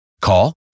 Call